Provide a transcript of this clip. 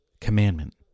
commandment